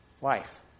wife